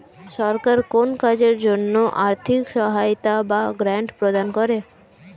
সরকার কোন কাজের জন্য আর্থিক সহায়তা বা গ্র্যান্ট প্রদান করে